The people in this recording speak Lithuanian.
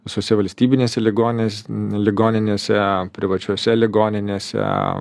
visose valstybinėse ligoninės ligoninėse privačiose ligoninėse